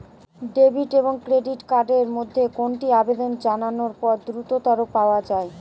Debit এবং credit card এর মধ্যে কোনটি আবেদন জানানোর পর দ্রুততর পাওয়া য়ায়?